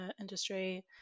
industry